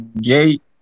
gate